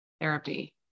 therapy